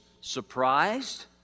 surprised